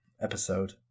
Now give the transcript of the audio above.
episode